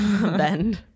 Bend